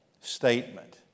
statement